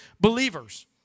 believers